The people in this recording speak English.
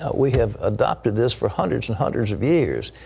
ah we have adopted this for hundreds and hundreds of years.